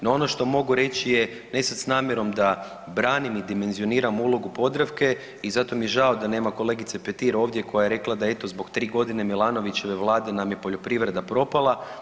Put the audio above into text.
No ono što mogu reći je ne sada sa namjerom da branim i dimenzioniram ulogu Podravke i zato mi je žao da nema kolegice Petir ovdje koja je rekla da eto zbog tri godine Milanovićeve Vlade nam je poljoprivreda propala.